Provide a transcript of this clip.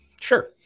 sure